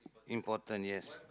important yes